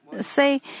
say